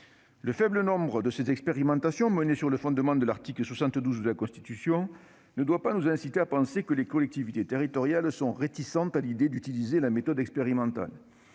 Le faible nombre d'expérimentations menées sur le fondement de l'article 72 de la Constitution ne doit pas nous inciter à penser que les collectivités territoriales sont réservées à l'idée d'utiliser la méthode expérimentale,